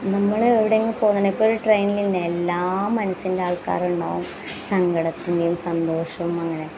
നമ്മൾ എവിടെയെങ്കിലും പോകുന്ന ഇപ്പം ട്രെയിനിൽ തന്നെ എല്ലാ മനസ്സിൻ്റെ ആൾക്കാരുണ്ടാകും സങ്കടത്തിന്റെയും സന്തോഷം അങ്ങനെ